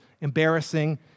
embarrassing